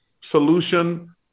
solution